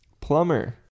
Plumber